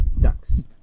ducks